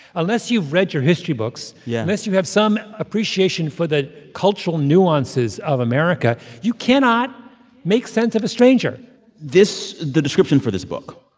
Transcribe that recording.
unless you've read your history books. yeah. unless you have some appreciation for the cultural nuances of america, you cannot make sense of a stranger this the description for this book